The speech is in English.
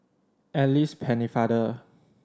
Alice Pennefather